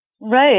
Right